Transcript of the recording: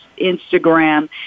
Instagram